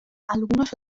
algunos